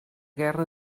guerra